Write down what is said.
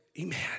amen